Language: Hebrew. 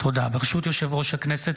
ברשות יושב-ראש הכנסת,